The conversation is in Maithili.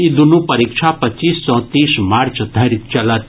ई दुनू परीक्षा पच्चीस सॅ तीस मार्च धरि चलत